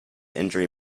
injury